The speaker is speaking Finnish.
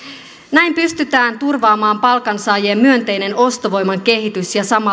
näin pystytään turvaamaan palkansaajien myönteinen ostovoiman kehitys ja samalla